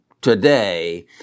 today